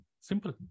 Simple